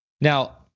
Now